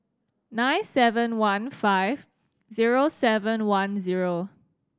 nine seven one five zero seven one zero